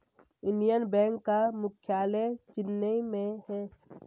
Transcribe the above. Indian bank का मुख्यालय चेन्नई में है